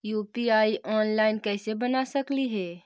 UPI online कैसे बना सकली हे?